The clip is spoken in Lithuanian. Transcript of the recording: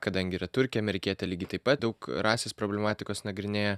kadangi yra turkė amerikietė lygiai taip pat daug rasės problematikos nagrinėja